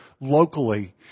locally